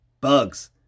bugs